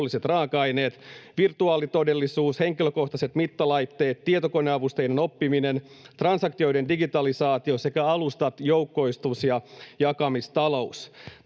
teolliset raaka-aineet, virtuaalitodellisuus, henkilökohtaiset mittalaitteet, tietokoneavusteinen oppiminen, transaktioiden digitalisaatio sekä alustat, joukkoistus ja jakamistalous.